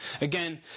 Again